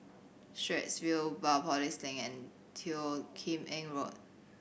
Straits View Biopolis Link and Teo Kim Eng Road